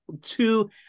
two